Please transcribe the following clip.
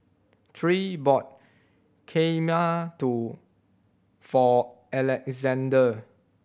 Tre bought Kheema to for Alexzander